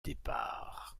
départ